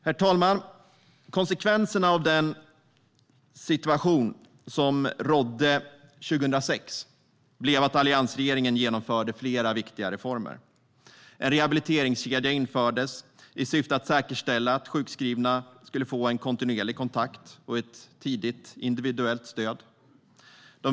Herr talman! Konsekvensen av den situation som rådde 2006 blev att alliansregeringen genomförde flera viktiga reformer. En rehabiliteringskedja infördes i syfte att säkerställa att sjukskrivna skulle få en kontinuerlig kontakt och ett tidigt individuellt stöd.